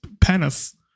penis